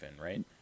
right